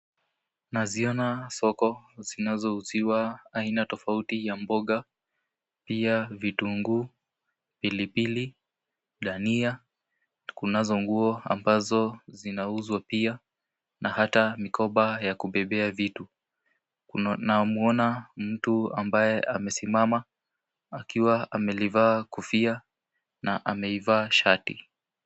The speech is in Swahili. Naziona soko zinazouziwa aina tofauti ya mboga, pia vitunguu, pilipili, dania, kunazo nguo ambazo zinauzwa pia na hata mikoba ya kubebea vitu. Namwona mtu ambaye amesimama akiwa amelivaa kofia na ameivaa shati.